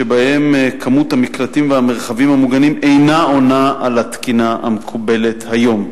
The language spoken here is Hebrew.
שבהם מספר המקלטים והמרחבים המוגנים אינה עונה על התקינה המקובלת היום.